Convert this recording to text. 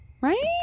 right